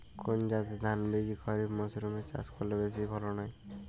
কোন জাতের ধানবীজ খরিপ মরসুম এ চাষ করলে বেশি ফলন হয়?